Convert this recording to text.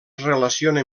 relaciona